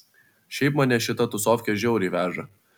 šiaip mane šita tūsofkė žiauriai veža